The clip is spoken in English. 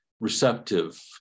receptive